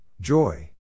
Joy